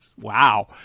wow